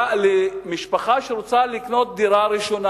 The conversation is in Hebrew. למשפחה שרוצה לקנות דירה ראשונה,